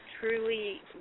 truly